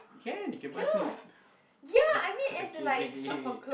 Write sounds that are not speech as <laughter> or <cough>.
can you can buy food <breath> okay k k k